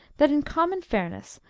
that, in common fairness,